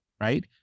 right